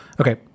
Okay